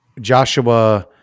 Joshua